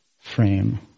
frame